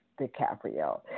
DiCaprio